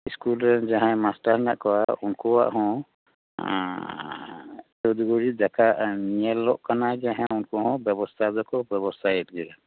school ᱨᱮᱱ ᱡᱟᱦᱟᱸᱭ master ᱢᱮᱱᱟᱜ ᱠᱚᱣᱟ ᱩᱱᱠᱩᱭᱟᱜ ᱦᱚᱸ ᱛᱩᱫ ᱜᱷᱚᱨᱤ ᱫᱮᱠᱷᱟ ᱧᱮᱞᱚᱜ ᱠᱟᱱᱟ ᱡᱮ ᱦᱮᱸ ᱩᱱᱠᱩ ᱦᱚᱸ ᱵᱮᱵᱚᱥᱛᱟ ᱫᱚᱠᱚ ᱵᱮᱵᱚᱥᱛᱟᱭᱮᱫ ᱜᱮᱭᱟ